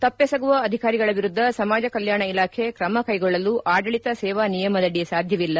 ತಪ್ಪೆಸಗುವ ಅಧಿಕಾರಿಗಳ ವಿರುದ್ದ ಸಮಾಜ ಕಲ್ಲಾಣ ಇಲಾಖೆ ಕ್ರಮಕ್ಟಿಗೊಳ್ಳಲು ಆಡಳಿತ ಸೇವಾ ನಿಯಮದಡಿ ಸಾಧ್ಯವಿಲ್ಲ